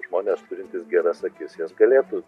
žmonės turintys geras akis jas galėtų